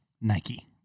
Nike